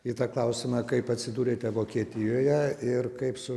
į tą klausimą kaip atsidūrėte vokietijoje ir kaip su